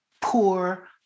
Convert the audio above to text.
poor